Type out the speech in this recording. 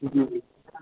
हूँ